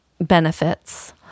benefits